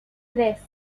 tres